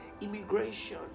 immigration